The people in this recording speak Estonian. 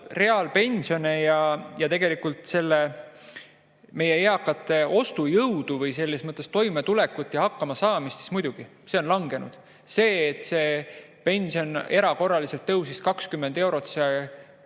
reaalpensione ja tegelikult meie eakate ostujõudu selles mõttes, et toimetulekut ja hakkama saamist, siis muidugi see on langenud. See, et see pension erakorraliselt tõusis 20 eurot,